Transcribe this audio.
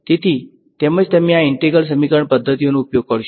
તેથી તેથી જ તમે આ ઈંટ્રેગ્રલ સમીકરણ પદ્ધતિઓનો ઉપયોગ કરશો